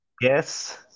Yes